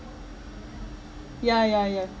ya ya ya